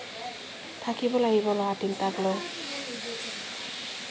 থাকিব লাগিব ল'ৰা তিনিটাক লৈ